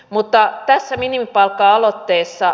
mutta tässä minimipalkka aloitteessa